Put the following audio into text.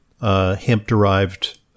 hemp-derived